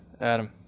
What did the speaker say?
Adam